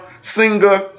singer